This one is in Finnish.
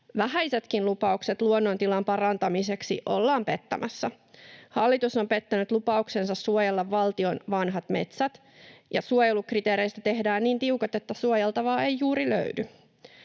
Vähäisetkin lupaukset luonnontilan parantamiseksi ollaan pettämässä. Hallitus on pettänyt lupauksensa suojella valtion vanhat metsät, ja suojelukriteereistä tehdään niin tiukat, että suojeltavaa ei juuri löydy.